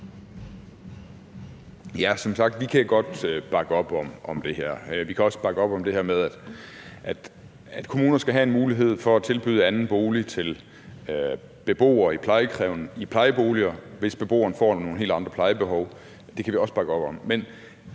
Vi kan også bakke op om det med, at kommunerne skal have en mulighed for at tilbyde anden bolig til beboere i plejeboliger, hvis beboeren får nogle helt andre plejebehov. Men jeg er